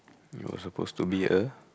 you were suppose to be a